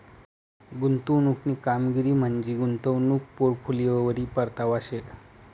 गुंतवणूकनी कामगिरी म्हंजी गुंतवणूक पोर्टफोलिओवरी परतावा शे